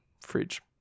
fridge